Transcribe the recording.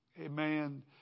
Amen